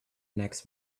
next